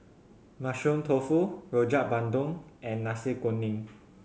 Mushroom Tofu Rojak Bandung and Nasi Kuning